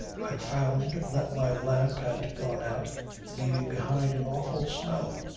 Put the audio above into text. i found that my lamp had gone out leaving behind an awful smell.